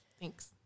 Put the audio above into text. Thanks